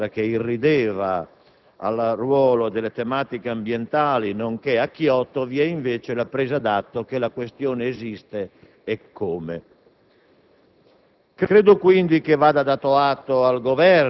e prendo atto con piacere che persino dal centro-destra, che irrideva il ruolo delle tematica ambientale nonché il Protocollo di Kyoto, vi sia invece la presa d'atto che la questione esiste, eccome.